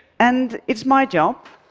and it's my job,